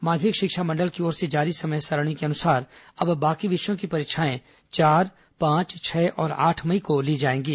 माध्यमिक शिक्षा मंडल की ओर से जारी समय सारिणी के अनुसार अब बाकी विषयों की परीक्षाएं चार पांच छह और आठ मई को ली जाएंगी